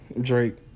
Drake